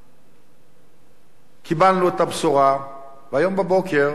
וב-01:00 קיבלנו את הבשורה, והיום בבוקר,